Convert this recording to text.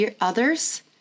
others